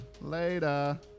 Later